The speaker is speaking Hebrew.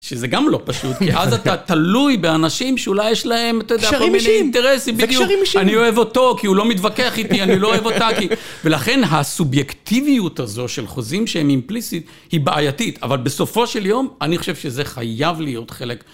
שזה גם לא פשוט, כי אז אתה תלוי באנשים שאולי יש להם, אתה יודע, כל מיני אינטרסים. זה קשרים אישיים. אני אוהב אותו כי הוא לא מתווכח איתי, אני לא אוהב אותה כי... ולכן הסובייקטיביות הזו של חוזים שהם אימפליסט, היא בעייתית. אבל בסופו של יום, אני חושב שזה חייב להיות חלק.